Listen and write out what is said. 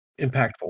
impactful